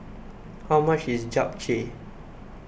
how much is Japchae